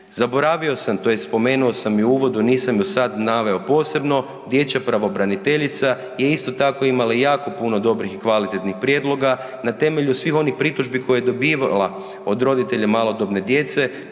Zaboravio sam, tj. spomenuo sam i u uvodu nisam do sad naveo posebno dječja pravobraniteljica je isto tako imala jako puno dobrih i kvalitetnih prijedloga na temelju svih onih pritužbi koje je dobivala od roditelja malodobne djece